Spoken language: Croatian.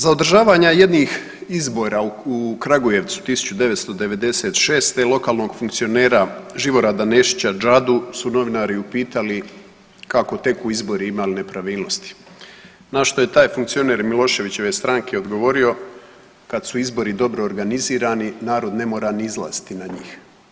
Za održavanja jednih izbora u Krajgujevcu 1996. lokalnog funkcionera Živorada Nešića Džadu su novinari upitali, kako teku izbori ima li nepravilnosti, na što je taj funkcioner Miloševićeve stranke odgovorio, kad su izbori dobro organizirani narod ne mora ni izlazit na njih.